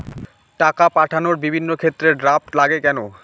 টাকা পাঠানোর বিভিন্ন ক্ষেত্রে ড্রাফট লাগে কেন?